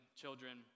children